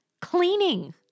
cleaning